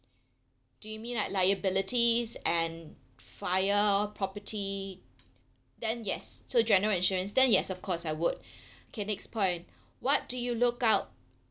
do you mean like liabilities and fire property then yes so general insurance then yes of course I would okay next point what do you look out